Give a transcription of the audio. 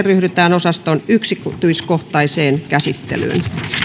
ryhdytään yleisperustelujen yksityiskohtaiseen käsittelyyn